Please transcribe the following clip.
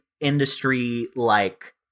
industry-like